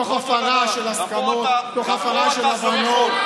תוך הפרה של הסכמות, תוך הפרה של הבנות.